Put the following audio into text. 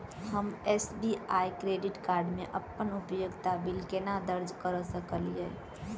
हम SBI credit card मे अप्पन उपयोगिता बिल केना दर्ज करऽ सकलिये?